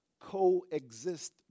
coexist